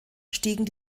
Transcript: stiegen